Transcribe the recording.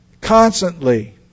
Constantly